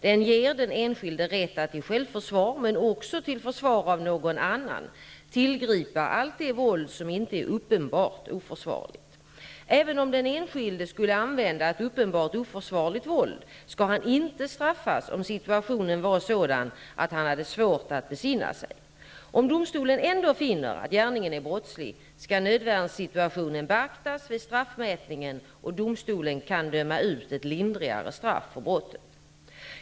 Den ger den enskilde rätt att i självförsvar, men också till försvar av någon annan, tillgripa allt det våld som inte är uppenbart oförsvarligt. Även om den enskilde skulle använda ett uppenbart oförsvarligt våld, skall han inte straffas om situationen var sådan att han hade svårt att besinna sig. Om domstolen ändå finner att gärningen är brottslig skall nödvärnssituationen beaktas vid straffmätningen och domstolen kan döma ut ett lindrigare straff för brottet.